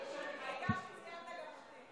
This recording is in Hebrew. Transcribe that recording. לפי סדר האל"ף-בי"ת, העיקר שציינת גם אותי.